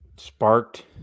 sparked